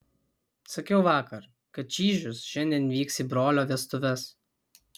sakiau vakar kad čyžius šiandien vyks į brolio vestuves